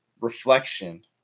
reflection